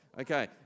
Okay